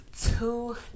two